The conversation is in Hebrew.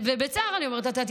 ואני אומרת זאת בצער,